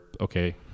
okay